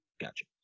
Gotcha